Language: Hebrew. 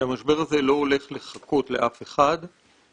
המשבר הזה לא והלך לחכות לאף אחד ומה